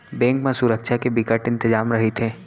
bank म सुरक्छा के बिकट इंतजाम रहिथे